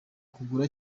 kugura